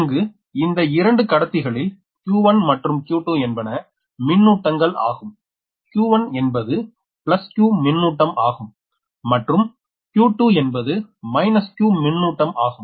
இங்கு இந்த 2 கடத்திகளில் q1 மற்றும் q2 என்பன மின்னூட்டங்கள் ஆகும் q1 என்பது q மின்னூட்டம் ஆகும் மற்றும் q2 என்பது q மின்னூட்டம் ஆகும்